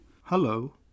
Hello